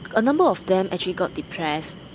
a number of them actually got depressed.